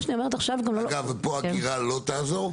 אגב, פה אגירה לא תעזור?